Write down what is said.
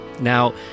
Now